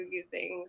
using